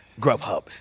Grubhub